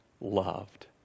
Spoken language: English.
loved